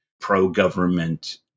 pro-government